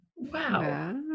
Wow